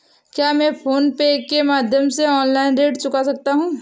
क्या मैं PhonePe के माध्यम से ऑनलाइन ऋण चुका सकता हूँ?